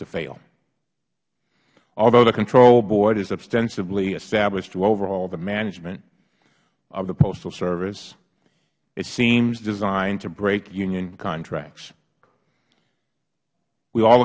to fail although the control board is ostensibly established to overhaul the management of the postal service it seems designed to break union contracts we all